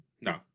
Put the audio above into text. no